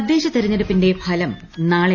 തദ്ദേശ തെരഞ്ഞെടുപ്പിന്റെ ഫ്ലം നാളെ